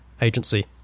agency